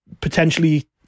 potentially